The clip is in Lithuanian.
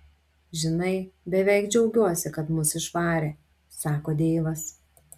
žinai beveik džiaugiuosi kad mus išvarė sako deivas